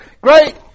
Great